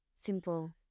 simple